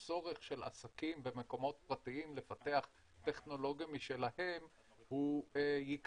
הצורך של העסקים ומקומות פרטיים לפתח טכנולוגיה משלהם יקטן.